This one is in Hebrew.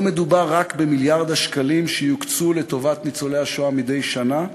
לא מדובר רק במיליארד השקלים שיוקצו לטובת ניצולי השואה מדי שנה,